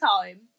time